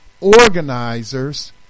organizers